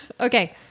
Okay